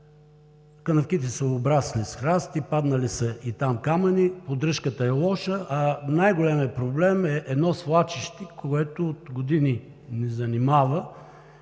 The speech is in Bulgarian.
канавките са обрасли с храсти, паднали са и камъни, поддръжката е лоша. Най-големият проблем е едно свлачище, което от години ни занимава